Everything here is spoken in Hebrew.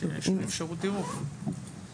שיש אפשרות ערעור על החלטת הוועדה.